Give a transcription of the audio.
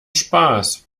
spaß